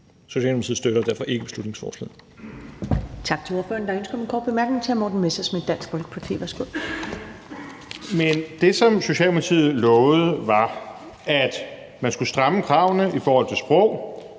Socialdemokratiet støtter derfor ikke beslutningsforslaget.